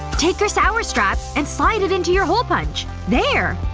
take your sour strap, and slide it into your hole punch. there!